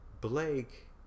Blake